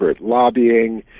lobbying